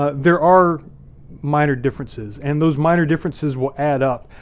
ah there are minor differences and those minor differences will add up.